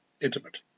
intimate